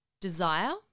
desire